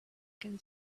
can